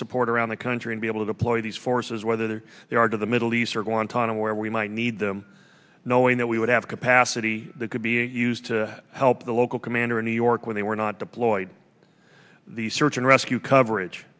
support around the country to be able to deploy these forces whether they are to the middle east or going to know where we might need them knowing that we would have a capacity that could be used to help the local commander in new york when they were not deployed the search and rescue coverage